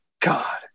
god